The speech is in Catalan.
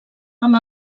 amb